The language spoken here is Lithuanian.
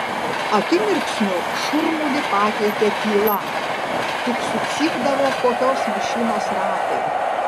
akimirksniu šurmulį pakeitė tyla tik sucypdavo kokios mašinos ratai